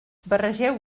barregeu